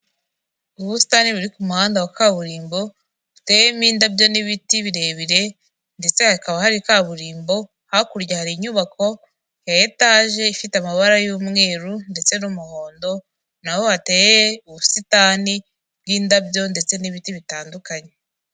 Ubusitani buri ku muhanda wa kaburimbo buteyemo indabyo n'ibiti birebire, ndetse hakaba hari kaburimbo, hakurya hari inyubako ya etaje ifite amabara y'umweru ndetse n'umuhondo na ho hateye ubusitani bw'indabyo ndetse n'ibiti bitandukanye.